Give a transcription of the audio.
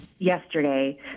yesterday